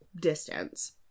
distance